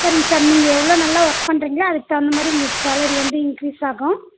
சரிங்க சார் நீங்கள் எவ்வளோ நல்லா ஒர்க் பண்ணுறீங்களோ அதுக்கு தகுந்தமாதிரி உங்களுக்கு சேலரி வந்து இங்க்ரீஸ் ஆகும்